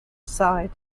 side